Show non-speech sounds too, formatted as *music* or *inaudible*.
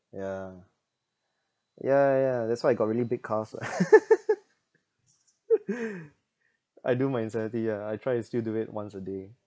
yeah ya ya ya that's why I got really big calves *laughs* I do my insanity yeah I try to still do it once a day